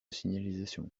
signalisation